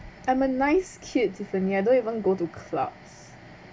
I'm a nice cute tiffany I don't even go to clubs